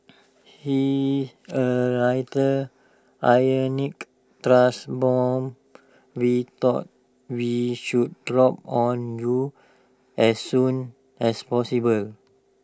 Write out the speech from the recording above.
he A rather ironic truth bomb we thought we should drop on you as soon as possible